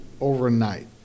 overnight